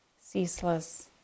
ceaseless